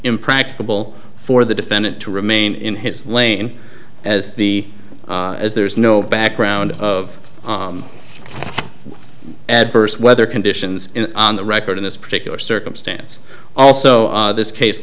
impracticable for the defendant to remain in his lane as the as there is no background of adverse weather conditions on the record in this particular circumstance also this case